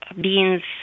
beans